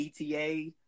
ETA